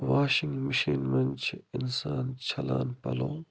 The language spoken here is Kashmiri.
واشٕنگ میٖشنہِ منٛز چھِ اِنسان چھَلان پَلو